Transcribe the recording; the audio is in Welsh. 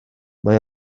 mae